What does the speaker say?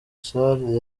salle